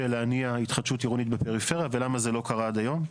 להניע התחדשות עירונית בפריפריה ולמה זה לא קרה עד היום.